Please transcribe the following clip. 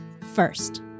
first